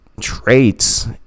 traits